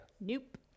nope